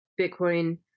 Bitcoin